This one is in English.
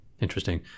Interesting